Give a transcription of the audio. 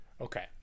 Okay